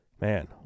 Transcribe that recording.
Man